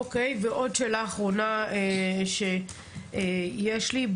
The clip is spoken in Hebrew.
עוד שאלה אחרונה שיש לי.